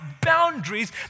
boundaries